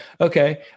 Okay